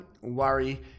worry